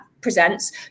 presents